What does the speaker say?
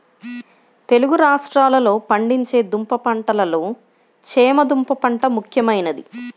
తెలుగు రాష్ట్రాలలో పండించే దుంప పంటలలో చేమ దుంప పంట ముఖ్యమైనది